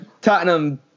Tottenham